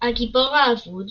הגיבור האבוד